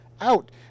out